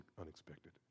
unexpected